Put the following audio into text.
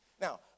Now